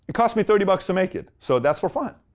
cost me thirty bucks to make it. so that's for fun.